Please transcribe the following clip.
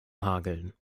hageln